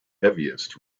heaviest